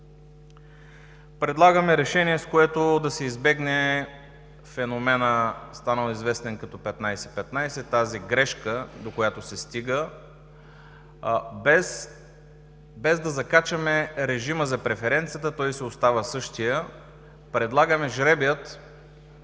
Предлагаме решение, с което да се избегне феноменът, станал известен като 15:15 – тази грешка, до която се стигна, без да закачаме режима за преференцията. Той си остава същият. Предлагаме жребият